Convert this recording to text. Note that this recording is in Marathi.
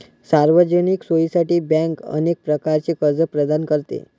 सार्वजनिक सोयीसाठी बँक अनेक प्रकारचे कर्ज प्रदान करते